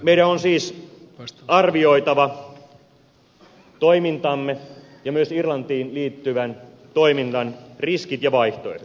meidän on siis arvioitava toimintaamme ja myös irlantiin liittyvän toiminnan riskit ja vaihtoehdot